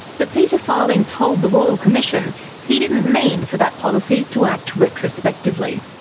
but peter farthing told the royal commission he didn't mean for that policy to act retrospectively.